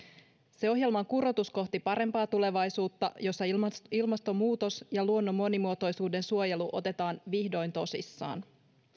se ohjelma on kurotus kohti parempaa tulevaisuutta jossa ilmastonmuutos ja luonnon monimuotoisuuden suojelu otetaan vihdoin tosissaan